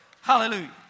Hallelujah